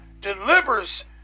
delivers